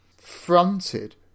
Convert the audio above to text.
fronted